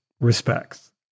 respects